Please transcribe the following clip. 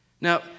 Now